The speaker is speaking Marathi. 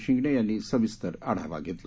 शिंगणे यांनी सविस्तर आढावा घेतला